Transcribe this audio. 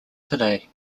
today